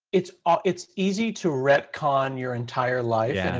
it's ah it's easy to retcon your entire life. yeah,